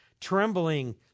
trembling